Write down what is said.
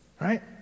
right